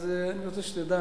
אז אני רוצה שתדע